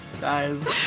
Guys